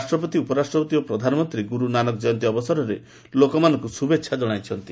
ରାଷ୍ଟ୍ରପତି ଉପରାଷ୍ଟ୍ରପତି ଓ ପ୍ରଧାନମନ୍ତ୍ରୀ ଗୁରୁ ନାନକ ଜୟନ୍ତୀ ଅବସରରେ ଲୋକମାନଙ୍କୁ ଶୁଭେଚ୍ଛା ଜଣାଇଛନ୍ତି